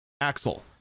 Axel